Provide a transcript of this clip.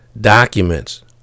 documents